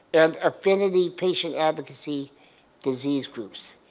and affinity patient advocacy disease groups,